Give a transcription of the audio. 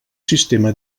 sistema